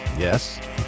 Yes